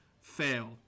Fail